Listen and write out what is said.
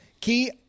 Key